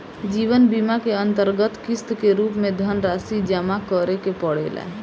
जीवन बीमा के अंतरगत किस्त के रूप में धनरासि जमा करे के पड़ेला